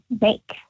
make